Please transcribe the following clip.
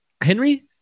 Henry